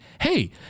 hey